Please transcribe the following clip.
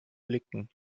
blicken